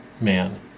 man